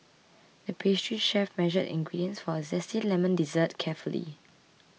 the pastry chef measured the ingredients for a Zesty Lemon Dessert carefully